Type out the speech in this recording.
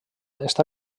està